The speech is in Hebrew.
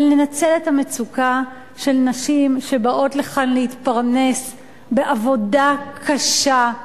לנצל את המצוקה של נשים שבאות לכאן להתפרנס בעבודה קשה.